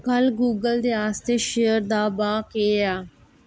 कल गूगल दे आस्तै शेयर दा भाऽ केह् ऐ